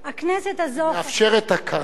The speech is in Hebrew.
הכנסת הזאת, היא מאפשרת הכרה.